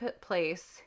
place